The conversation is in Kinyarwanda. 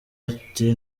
bati